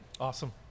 Awesome